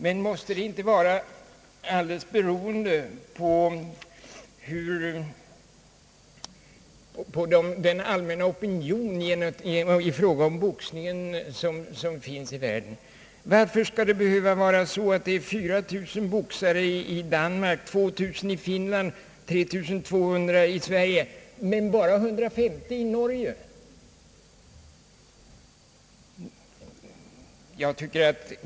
Men måste inte detta vara alldeles beroende på den allmänna opinion i fråga om boxning som råder i ett visst land? Varför skall det behöva vara 4000 boxare i Danmark, 2 000 i Finland och 3200 i Sverige när man har bara 150 i Norge?